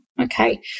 Okay